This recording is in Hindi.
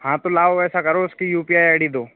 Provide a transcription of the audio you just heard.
हाँ तो लाओ ऐसा करो उसकी U P I I D दो